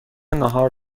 ناهار